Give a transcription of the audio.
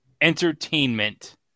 entertainment